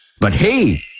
but hey,